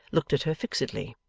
looked at her fixedly.